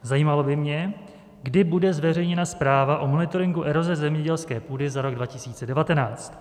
Zajímalo by mě, kdy bude zveřejněna zpráva o monitoringu eroze zemědělské půdy za rok 2019.